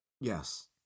Yes